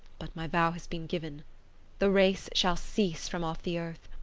but my vow has been given the race shall cease from off the earth.